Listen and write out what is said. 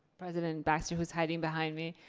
president baxter, who's hiding behind me.